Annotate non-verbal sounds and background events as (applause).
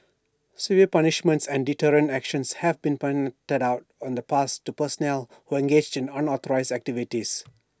severe punishments and deterrent actions have been (unintelligible) out in the past to personnel who engaged in unauthorised activities